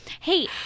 Hey